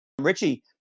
Richie